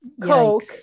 Coke